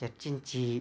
చర్చించి